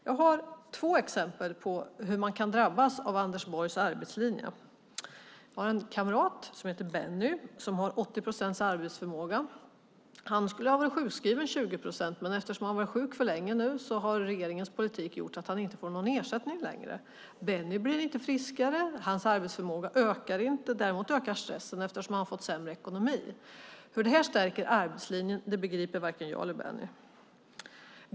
Jag har två exempel på hur man kan drabbas av Anders Borgs arbetslinje. Jag har en kamrat som heter Benny. Han har 80 procents arbetsförmåga. Han skulle ha varit sjukskriven 20 procent, men eftersom han varit sjuk för länge har regeringens politik gjort att han inte längre får någon ersättning. Benny blir inte friskare, och hans arbetsförmåga ökar inte. Däremot ökar stressen eftersom han fått sämre ekonomi. Hur detta stärker arbetslinjen begriper varken jag eller Benny.